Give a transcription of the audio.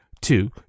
two